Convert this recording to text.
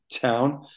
Town